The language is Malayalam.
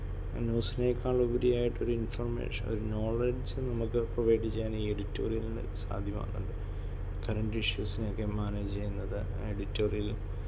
ന്യൂസിനേക്കാൾ ഉപരി ആയിട്ട് ഒരു ഇൻഫോർമേഷൻ ഒരു നോളഡ്ജ് നമുക്ക് പ്രൊവൈഡ് ചെയ്യാൻ ഈ എഡിറ്റോറിയലിന് സാധ്യമാവുന്നുണ്ട് കറണ്ട് ഇഷ്യൂസിനെ ഒക്കെ മാനേജ് ചെയ്യുന്നത് എഡിറ്റോറിയൽ